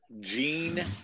Gene